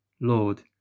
Lord